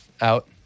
out